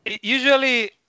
usually